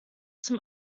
zum